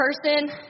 person